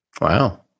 Wow